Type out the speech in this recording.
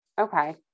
Okay